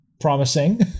promising